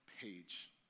page